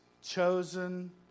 chosen